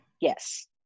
Yes